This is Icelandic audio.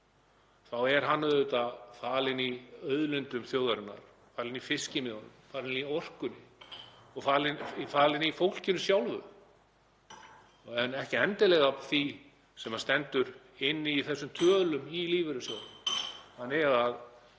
þá er hann auðvitað falinn í auðlindum þjóðarinnar, falinn í fiskimiðunum, í orkunni og falinn í fólkinu sjálfu en ekki endilega því sem stendur inni í þessum tölum lífeyrissjóðanna.